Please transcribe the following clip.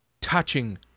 touching